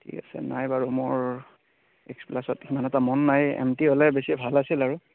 ঠিক আছে নাই বাৰু মোৰ এক্স প্লাছত ইমান এটা মন নাই এম টি হ'লে বেছি ভাল আছিল আৰু